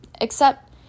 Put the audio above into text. except